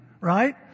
right